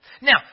Now